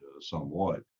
somewhat